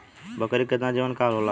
बकरी के केतना जीवन काल होला?